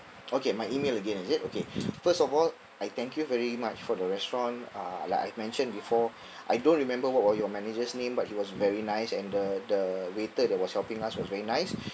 okay my email again is it okay first of all I thank you very much for the restaurant uh like I've mentioned before I don't remember what was your manager's name but he was very nice and the the waiter that was helping us was very nice